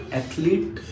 athlete